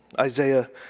Isaiah